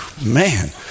Man